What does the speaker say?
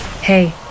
Hey